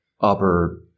upper